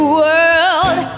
world